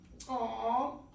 Aw